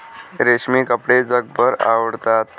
रेशमी कपडे जगभर आवडतात